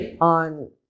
on